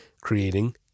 creating